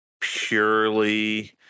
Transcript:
purely